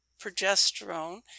progesterone